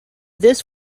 this